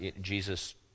Jesus